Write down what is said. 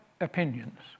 opinions